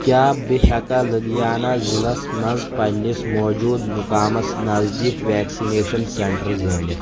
کیٛاہ بہٕ ہیٚکا لُدھیانہ ضلعس مَنٛز پننِس موٗجوٗدٕ مُقامس نزدیٖک ویکسِنیشن سینٹر زٲنِتھ؟